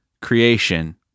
creation